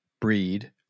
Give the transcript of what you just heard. breed